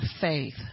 faith